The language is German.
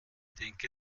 denke